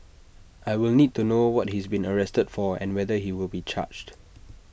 I will need to know what he's been arrested for and whether he will be charged